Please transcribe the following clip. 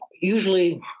usually